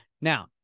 Now